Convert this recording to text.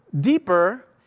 deeper